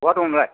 बहा दं नोंलाय